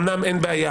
אמנם אין בעיה,